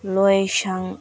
ꯂꯣꯏꯁꯪ